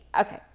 Okay